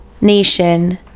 nation